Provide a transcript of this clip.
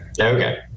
Okay